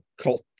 cult